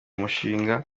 umushinga